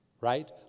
right